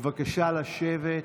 בבקשה לשבת.